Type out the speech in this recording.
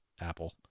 Apple